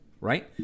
right